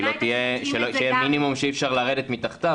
שתהיה מינימום שאי אפשר לרדת מתחתיה.